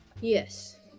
Yes